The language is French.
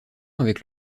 avec